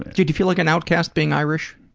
did you feel like an outcast being irish?